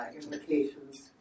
implications